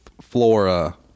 Flora